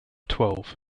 twelve